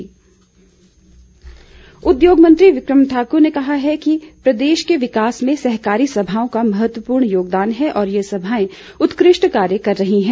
सहकारिता उद्योगमंत्री बिक्रम ठाक्र ने कहा है कि प्रदेश के विकास में सहकारी सभाओं का महत्वपूर्ण योगदान है और ये सभाएं उत्कृष्ठ कार्य कर रही हैं